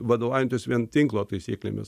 vadovaujantis vien tinklo taisyklėmis